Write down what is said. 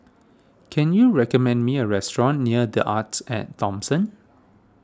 can you recommend me a restaurant near the Arts at Thomson